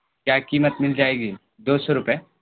کیا قیمت مل جائے گی دو سو روپے